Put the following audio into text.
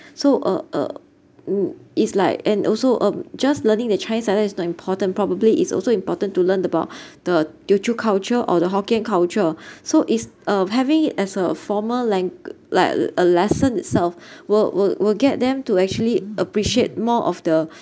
so uh uh it's like and also um just learning the chinese dialect is not important probably is also important to learn about the teochew culture or the hokkien culture so is uh having as a formal lang~like a lesson itself will will will get them to actually appreciate more of the